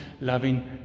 loving